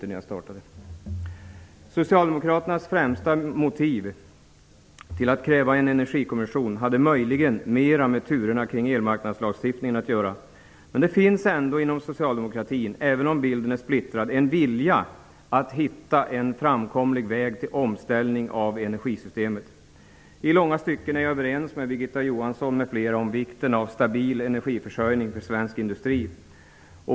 Socialdemokraternas främsta motiv till att kräva en energikommission hade möjligen mera med turerna kring elmarknadslagstiftningen att göra. Det finns ändå inom socialdemokratin -- även om bilden är splittrad -- en vilja att hitta en framkomlig väg till omställning av energisystemet. I långa stycken är jag överens med Birgitta Johansson m.fl. om vikten av stabil energiförsörjning för svensk industri.